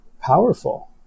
powerful